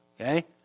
okay